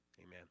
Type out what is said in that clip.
Amen